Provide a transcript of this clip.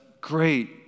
great